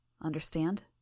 understand